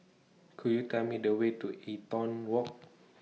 Could YOU Tell Me The Way to Eaton Walk